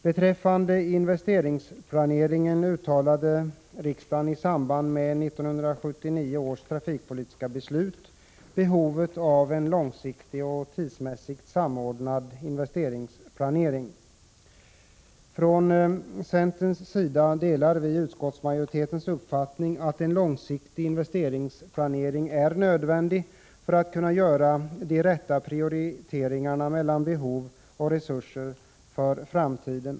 Beträffande investeringsplaneringen uttalade riksdagen i samband med 1979 års trafikpolitiska beslut behovet av en långsiktig och tidsmässigt samordnad investeringsplanering. Centern delar utskottsmajoritetens uppfattning att en långsiktig investeringsplanering är nödvändig för att för framtiden kunna göra de rätta prioriteringarna mellan behov och resurser.